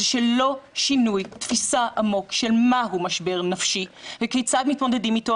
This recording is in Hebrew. ללא שינוי תפיסה עמוק של מהו משבר נפשי וכיצד מתמודדים איתו,